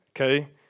Okay